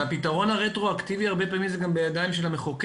הפתרון הרטרואקטיבי הרבה פעמים זה גם בידיים של המחוקק,